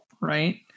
right